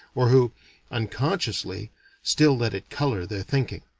or who unconsciously still let it color their thinking.